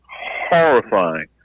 horrifying